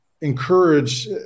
encourage